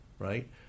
right